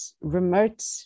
remote